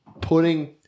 putting